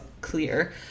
clear